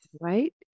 Right